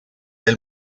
del